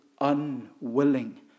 unwilling